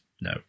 No